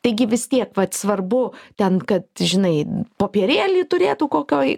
taigi vis tiek vat svarbu ten kad žinai popierėlį turėtų kokioj